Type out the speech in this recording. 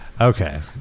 Okay